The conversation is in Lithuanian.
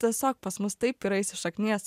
tiesiog pas mus taip yra įsišaknijęs